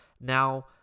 Now